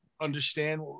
understand